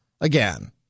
again